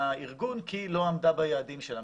מהארגון כי לא היא לא עמדה ביעדים שלה.